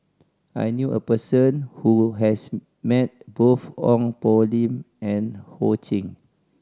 I knew a person who has met both Ong Poh Lim and Ho Ching